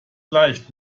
leicht